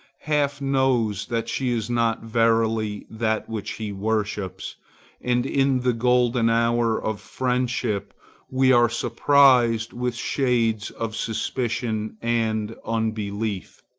half knows that she is not verily that which he worships and in the golden hour of friendship we are surprised with shades of suspicion and unbelief.